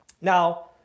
Now